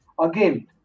Again